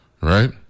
Right